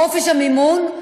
חופש המימון,